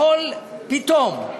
יכול פתאום,